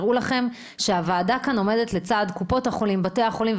הראו לכם שהוועדה כאן עומדת לצד קופות החולים ובתי החולים,